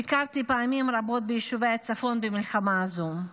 ביקרתי פעמים רבות ביישובי הצפון במלחמה הזו.